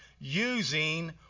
using